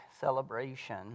celebration